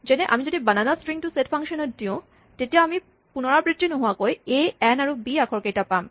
যেনে আমি যদি বানানা ষ্ট্ৰিঙটো ছেট ফাংচনত দিওঁ তেতিয়া আমি পুণৰাবৃত্তি নোহোৱাকৈ এ এন আৰু বি আখৰকেইটা পাম